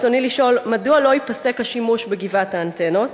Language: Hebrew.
רצוני לשאול: 1. מדוע לא ייפסק השימוש בגבעת האנטנות?